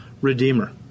redeemer